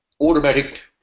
automatic